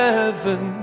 Heaven